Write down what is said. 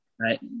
right